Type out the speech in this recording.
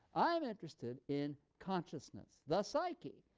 i am interested in consciousness, the psyche.